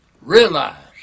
Realize